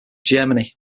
germany